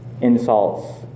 insults